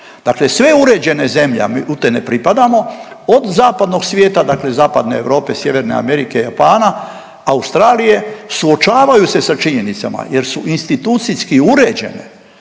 Dakle sve uređene zemlje, a mi u te ne pripadamo od zapadnog svijeta dakle zapadne Europe, sjeverne Amerike, Japana, Australije, suočavaju se sa činjenicama jer su institucijski uređene